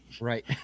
right